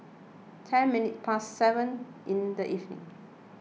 ten minutes past seven in the evening